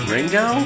Ringo